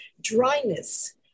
Dryness